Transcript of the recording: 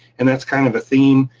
and that's kind of a theme.